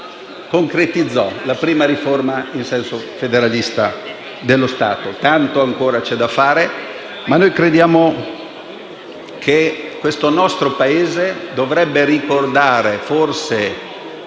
la prima riforma in senso federalista dello Stato. Tanto ancora c’è da fare, ma crediamo che questo nostro Paese dovrebbe ricordare e